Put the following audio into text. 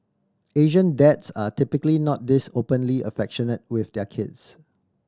Asian dads are typically not this openly affectionate with their kids